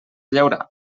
llaurar